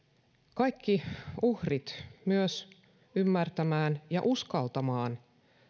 kaikki uhrit myös ymmärtämään ja uskaltamaan